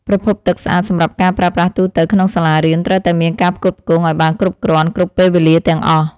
ប្រភពទឹកស្អាតសម្រាប់ការប្រើប្រាស់ទូទៅក្នុងសាលារៀនត្រូវតែមានការផ្គត់ផ្គង់ឱ្យបានគ្រប់គ្រាន់ គ្រប់ពេលវេលាទាំងអស់។